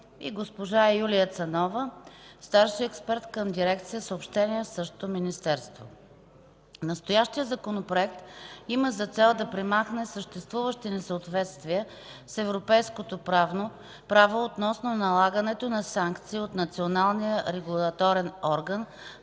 и госпожа Юлия Цанова – старши експерт към дирекция „Съобщения” в същото министерство. Настоящият законопроект има за цел да премахне съществуващи несъответствия с европейското право относно налагането на санкции от националния регулаторен орган,